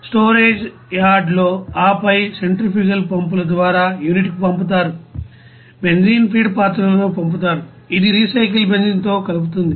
storage యార్డ్లో ఆపై centrifugal పంపుల ద్వారా యూనిట్కు పంపుతారు బెంజీన్ ఫీడ్ పాత్రలో పంపుతారు ఇది రీసైకిల్ బెంజీన్తో కలుపుతుంది